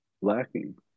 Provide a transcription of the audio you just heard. lacking